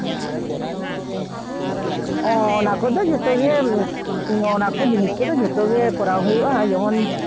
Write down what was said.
ᱦᱮᱸ ᱚᱱᱟ ᱠᱚᱫᱚ ᱡᱚᱛᱜᱮ ᱚᱱᱟ ᱠᱚ ᱡᱤᱱᱤᱥ ᱠᱚᱫᱚ ᱡᱚᱛᱚᱜᱮ ᱠᱚᱨᱟᱣ ᱦᱩᱭᱩᱜᱼᱟ ᱡᱮᱢᱚᱱ